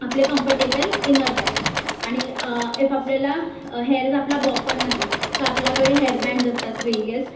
आपले comfortable innerwears आणि if आपल्याला हेअर जर आपला बॉबकट नसेल तर आपल्याकडे हेअरबँन्ड्स असतात व्हेरीअस